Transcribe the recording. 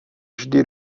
vždy